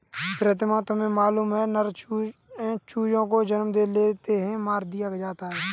प्रीतम तुम्हें मालूम है नर चूजों को जन्म लेते ही मार दिया जाता है